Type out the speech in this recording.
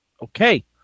Okay